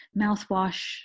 Mouthwash